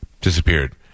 disappeared